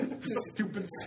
Stupid